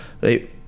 right